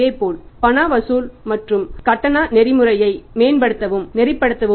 இதேபோல் பண வசூல் மற்றும் கட்டண பொறிமுறையை மேம்படுத்தவும் நெறிப்படுத்தவும்